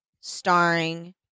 starring